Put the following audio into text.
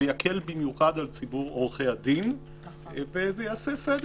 זה יקל במיוחד על ציבור עורכי הדין וזה יעשה סדר.